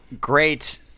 great